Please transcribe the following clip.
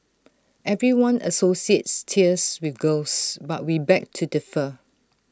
everyone associates tears with girls but we beg to differ